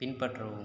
பின்பற்றவும்